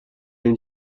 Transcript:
این